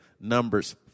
Numbers